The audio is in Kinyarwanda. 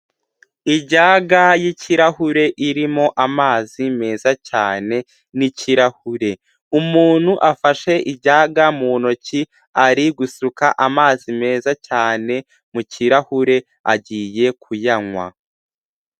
Ijaga y'ikirahure irimo amazi meza cyane n'ikirahure. Umuntu afashe ijaga mu ntoki ari gusuka amazi meza cyane mu kirahure agiye kuyanywa.